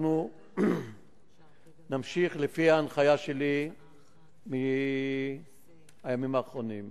אנחנו נמשיך, לפי ההנחיה שלי מהימים האחרונים: